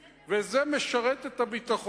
אלא גם תיתן יכולת ובקרה של משרד הפנים,